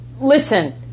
Listen